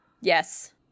Yes